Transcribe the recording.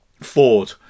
Ford